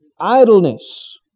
Idleness